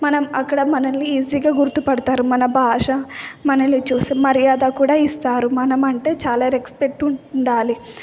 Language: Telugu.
మనం అక్కడ మనల్ని ఈసీగా గుర్తుపడుతారు మన భాష మనల్ని చూసి మర్యాద కూడా ఇస్తారు మనమంటే చాలా రెస్పెక్ట్ ఉండాలి